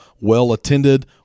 well-attended